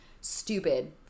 stupid